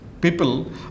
people